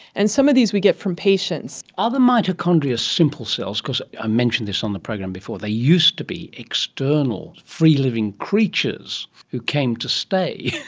and some of these we get from patients. are the mitochondria simple cells, because i mentioned this on the program before, they used to be external, free living creatures who came to stay,